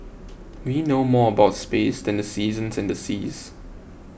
we know more about space than the seasons and the seas